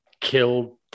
killed